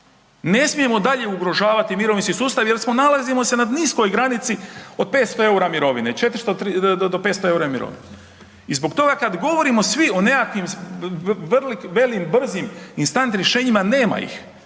Ne smijemo dalje ugrožavati mirovinski sustav jer nalazimo se na niskoj granici od 500 EUR-a mirovine, 400 do 500 EUR-a mirovine. I zbog toga kad govorimo si o nekakvim velim brzim instant rješenjima, nema ih.